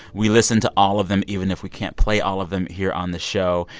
we listen to all of them, even if we can't play all of them here on the show.